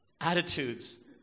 attitudes